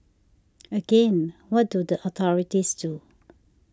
again what do the authorities do